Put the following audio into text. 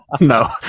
No